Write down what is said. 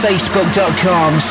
Facebook.com